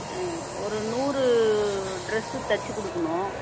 ஆ ஒரு நூறு ட்ரெஸ்ஸு தச்சு கொடுக்குணும்